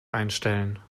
einstellen